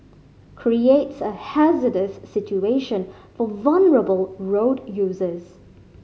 creates a hazardous situation for vulnerable road users